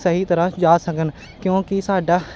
ਸਹੀ ਤਰ੍ਹਾਂ ਜਾ ਸਕਣ ਕਿਉਂਕਿ ਸਾਡਾ